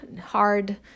hard